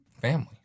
family